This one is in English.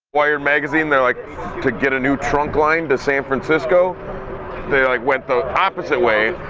wired magazine they're like to get a new trunk line to san francisco they, like, went the opposite way.